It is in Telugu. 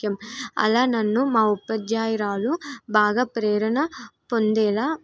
ముఖ్యం అలా నన్ను మా ఉపాధ్యాయురాలు బాగా ప్రేరణ పొందేలాగా